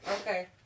Okay